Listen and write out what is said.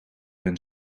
ben